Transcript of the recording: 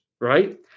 right